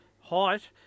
height